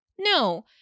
No